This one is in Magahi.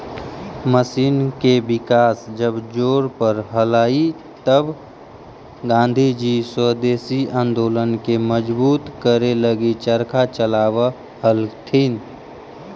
मशीन के विकास जब जोर पर हलई तब गाँधीजी स्वदेशी आंदोलन के मजबूत करे लगी चरखा चलावऽ हलथिन